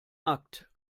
akt